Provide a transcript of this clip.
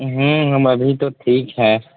ہوں ہم ابھی تو ٹھیک ہیں